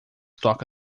toca